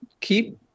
keep